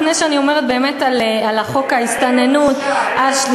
לפני שאני אומרת באמת על חוק ההסתננות השלישי,